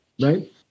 right